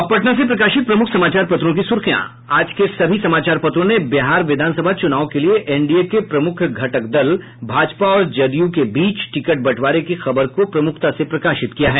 अब पटना से प्रकाशित प्रमुख समाचार पत्रों की सुर्खियां आज के सभी समाचार पत्रों ने बिहार विधान सभा चुनाव के लिए एनडीए के प्रमुख घटक दल भाजपा और जदयू के बीच टिकट बंटवारे की खबर को प्रमुखता से प्रकाशित किया है